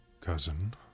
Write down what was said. cousin